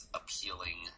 appealing